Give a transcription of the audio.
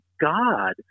God